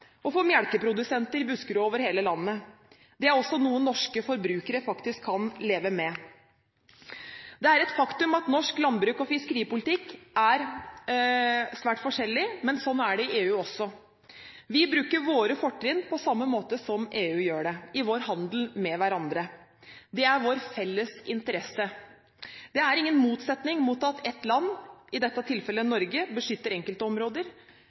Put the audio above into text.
og for melkeprodusenter i Buskerud og over hele landet. Det er også noe norske forbrukere faktisk kan leve med. Det er et faktum at norsk landbruks- og fiskeripolitikk er svært forskjellig, men sånn er det også i EU. Vi bruker våre fortinn på samme måte som EU gjør det i vår handel med hverandre. Det er i vår felles interesse. Det er ingen motsetning mellom at ett land, i dette tilfellet Norge, beskytter